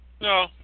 No